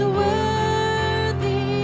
worthy